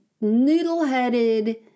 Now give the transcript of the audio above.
noodle-headed